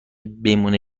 بمونه